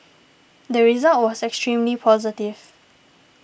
the result was extremely positive